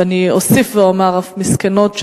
ואני אוסיף ואומר אף מסכנות,